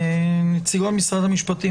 נציגי משרד המשפטים,